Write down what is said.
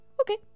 okay